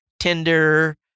Tinder